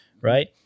Right